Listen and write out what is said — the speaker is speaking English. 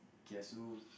kiasu